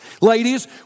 ladies